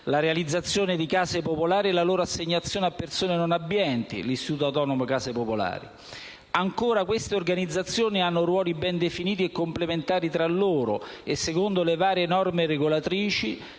la realizzazione di case popolari e la loro assegnazione a persone non abbienti (l'Istituto autonomo case popolari). Ancora, queste organizzazioni hanno ruoli ben definiti e complementari tra loro e, secondo le varie norme regolatrici,